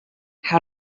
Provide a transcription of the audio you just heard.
how